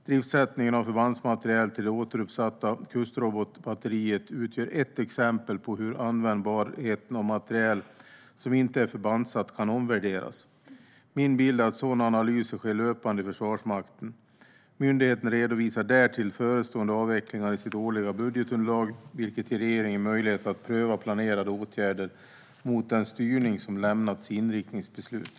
Driftsättningen av förbandsmateriel till det återuppsatta kustrobotbatteriet utgör ett exempel på hur användbarheten av materiel som inte är förbandsatt kan omvärderas. Min bild är att sådana analyser sker löpande i Försvarsmakten. Myndigheten redovisar därtill förestående avvecklingar i sitt årliga budgetunderlag, vilket ger regeringen möjlighet att pröva planerade åtgärder mot den styrning som lämnats i inriktningsbeslutet.